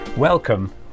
Welcome